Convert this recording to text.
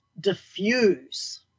diffuse